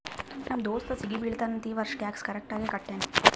ನಮ್ ದೋಸ್ತ ಸಿಗಿ ಬೀಳ್ತಾನ್ ಅಂತ್ ಈ ವರ್ಷ ಟ್ಯಾಕ್ಸ್ ಕರೆಕ್ಟ್ ಆಗಿ ಕಟ್ಯಾನ್